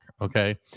Okay